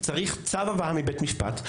צריך צו הבאה מבית המשפט.